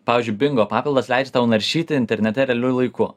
pavyzdžiui bingo papildas leidžiu tau naršyti internete realiu laiku